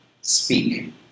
speak